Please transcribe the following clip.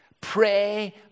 Pray